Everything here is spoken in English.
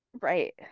Right